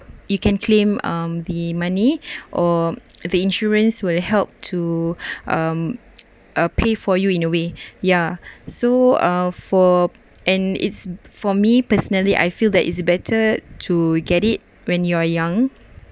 you can claim um the money or the insurance will help to um uh pay for you in a way ya so uh for and it's for me personally I feel that it's better to get it when you are young